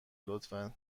لطفا